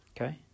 okay